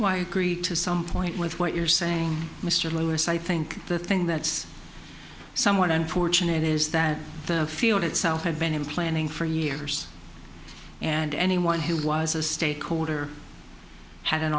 my greed to some point with what you're saying mr lewis i think the thing that's somewhat unfortunate is that the field itself had been in planning for years and anyone who was a stakeholder had an